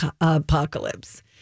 apocalypse